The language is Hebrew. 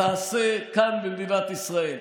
תעשה כאן במדינת ישראל.